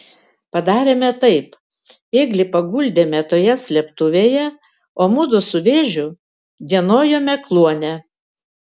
padarėme taip ėglį paguldėme toje slėptuvėje o mudu su vėžiu dienojome kluone